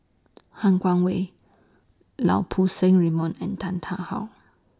Han Guangwei Lau Poo Seng Raymond and Tan Tarn How